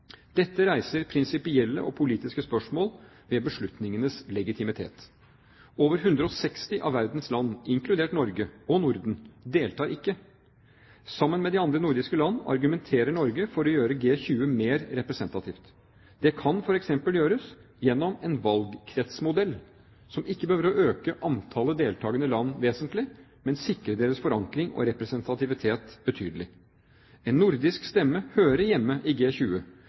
Dette reiser prinsipielle og politiske spørsmål ved beslutningenes legitimitet. Over 160 av verdens land, inkludert Norge og Norden, deltar ikke. Sammen med de andre nordiske land argumenterer Norge for å gjøre G20 mer representativt. Det kan f.eks. gjøres gjennom en valgkretsmodell som ikke behøver å øke antallet deltagende land vesentlig, men sikre deres forankring og representativitet betydelig. En nordisk stemme hører hjemme i